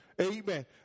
amen